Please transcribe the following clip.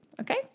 Okay